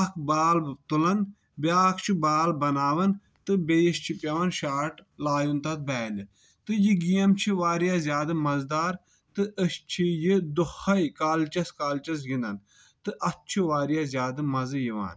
اکھ بال تُلان بیاکھ چھُ بال بناوان تہٕ بیٚیِس چھُ پیٚوان شاٹ لایُن تتھ بالہِ تہٕ یہِ گیم چھِ واریاہ زیادٕ مز دار تہٕ أسۍ چھِ یہِ دۄہے کالچس کالچس گنٛدان تہٕ اتھ چھُ واریاہ زیادٕ مزٕ یِوان